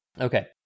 okay